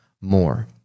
more